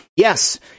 Yes